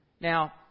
Now